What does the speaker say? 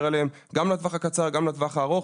עליהם גם לטווח הקצר וגם לטווח הארוך.